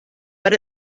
but